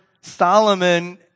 Solomon